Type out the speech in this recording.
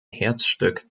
herzstück